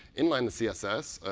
inline the css.